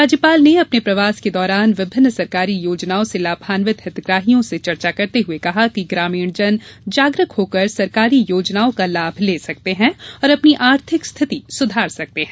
राज्यपाल ने अपने प्रवास के दौरान विभिन्न सरकारी योजनाओं से लाभान्वित हितग्राहियों से चर्चा करते हुए कहा कि ग्रामीणजन जागरूक होकर सरकारी योजनाओं का लाम ले सकते हैं और अपनी आर्थिक स्थिति सुधार सकते हैं